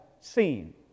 seen